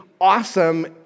awesome